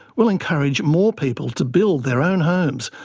will encourage more people to build their own homes,